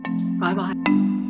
Bye-bye